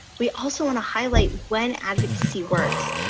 we also want to highlight when advocacy works,